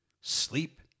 sleep